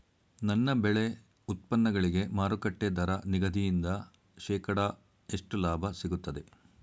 ನನ್ನ ಬೆಳೆ ಉತ್ಪನ್ನಗಳಿಗೆ ಮಾರುಕಟ್ಟೆ ದರ ನಿಗದಿಯಿಂದ ಶೇಕಡಾ ಎಷ್ಟು ಲಾಭ ಸಿಗುತ್ತದೆ?